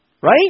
Right